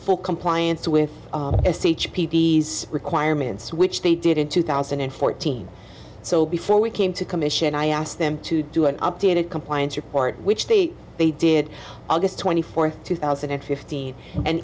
full compliance with the requirements which they did in two thousand and fourteen so before we came to commission i asked them to do an updated compliance report which they they did august twenty fourth two thousand and fifteen and